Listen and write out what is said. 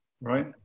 right